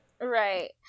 Right